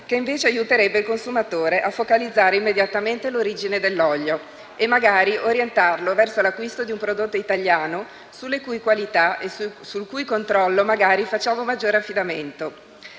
che invece aiuterebbe il consumatore a focalizzare immediatamente l'origine dell'olio e magari orientarlo verso l'acquisto di un prodotto italiano, sulle cui qualità e sul cui controllo magari facciamo maggiore affidamento.